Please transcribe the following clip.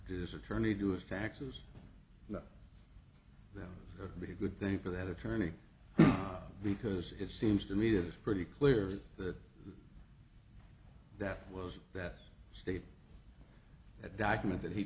his attorney do his taxes and that could be a good thing for that attorney because it seems to me that it's pretty clear that that was that state a document that he